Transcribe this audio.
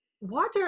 Water